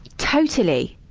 totally!